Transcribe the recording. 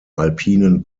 alpinen